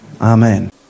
amen